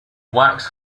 wax